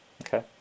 okay